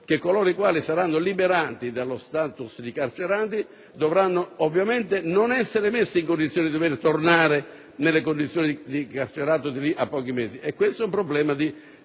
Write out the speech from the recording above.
che coloro i quali saranno liberati dallo *status* di carcerati dovranno ovviamente non essere messi in condizione di dover tornare nelle carceri di lì a pochi mesi. Questo è un problema di